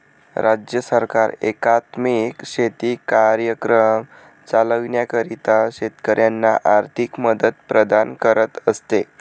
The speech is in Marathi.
राज्य सरकार एकात्मिक शेती कार्यक्रम चालविण्याकरिता शेतकऱ्यांना आर्थिक मदत प्रदान करत असते